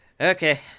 Okay